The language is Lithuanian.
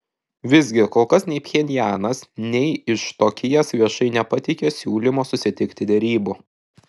visgi kol kas nei pchenjanas nei iš tokijas viešai nepateikė siūlymo susitikti derybų